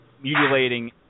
Mutilating